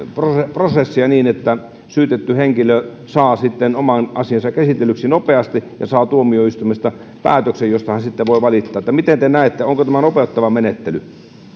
prosessia niin että syytetty henkilö saa sitten oman asiansa käsitellyksi nopeasti ja saa tuomioistuimesta päätöksen josta hän sitten voi valittaa miten te näette onko tämä nopeuttava menettely